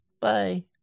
Bye